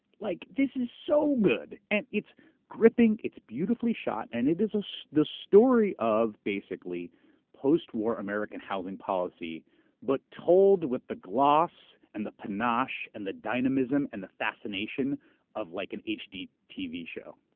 like this is so good. it's gripping, it's beautifully shot, and it is so the story of basically post war american housing policy but told with the gloss, and the panache, and the dynamism, and the fascination of like an hgtv show.